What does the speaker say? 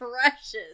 precious